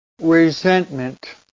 resentment